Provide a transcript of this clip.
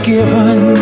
given